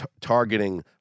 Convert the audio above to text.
targeting